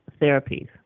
therapies